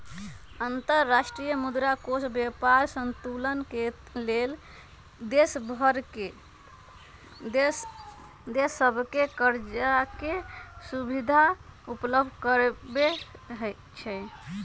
अंतर्राष्ट्रीय मुद्रा कोष व्यापार संतुलन के लेल देश सभके करजाके सुभिधा उपलब्ध करबै छइ